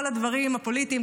כל הדברים הפוליטיים,